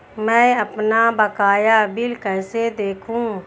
मैं अपना बकाया बिल कैसे देखूं?